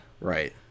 Right